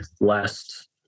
last